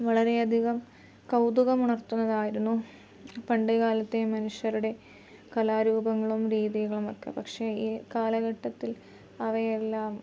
വളരെയധികം കൗതുകം ഉണർത്തുന്നതായിരുന്നു പണ്ട് കാലത്തെ മനുഷ്യരുടെ കലാരൂപങ്ങളും രീതികളും ഒക്കെ പക്ഷേ ഈ കാലഘട്ടത്തിൽ അവയെല്ലാം